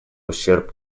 ущерб